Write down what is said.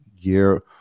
year